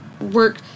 work